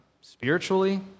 spiritually